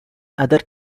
other